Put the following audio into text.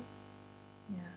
ya